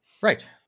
Right